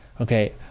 Okay